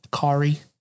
Kari